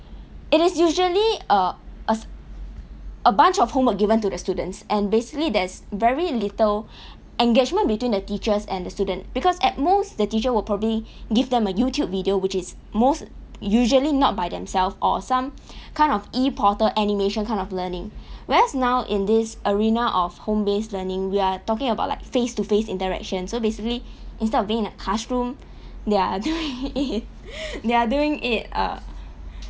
it is usually err err a bunch of homework given to the students and basically there's very little engagement between the teachers and the student because at most the teacher will probably give them a youtube video which is most usually not by themselves or some kind of E-portal animation kind of learning whereas now in this arena of home-based learning we are talking about like face to face interaction so basically instead of being in a classroom they are now doing it they are doing it err